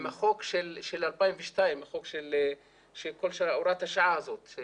עם החוק של 2002, הוראת השעה הזאת.